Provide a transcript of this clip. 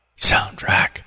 soundtrack